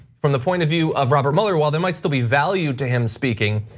from the point of view of robert mueller while they might still be value to him speaking,